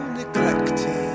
neglected